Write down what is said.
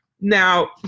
Now